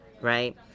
right